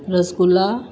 rasgulla